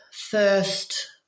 First